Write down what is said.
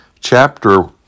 chapter